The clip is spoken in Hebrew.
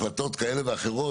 שלנו,